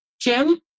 Jim